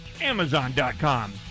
Amazon.com